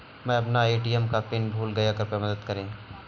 मै अपना ए.टी.एम का पिन भूल गया कृपया मदद करें